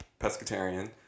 pescatarian